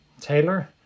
Taylor